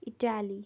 Italy